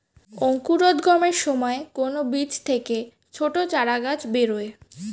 অঙ্কুরোদ্গমের সময় কোন বীজ থেকে ছোট চারাগাছ বেরোয়